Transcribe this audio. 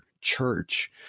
church